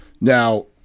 Now